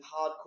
hardcore